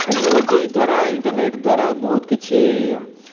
technology ଦ୍ୱାରା internet ଦ୍ୱାରା ବହୁତ କିଛି